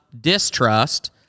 distrust